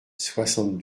soixante